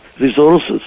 resources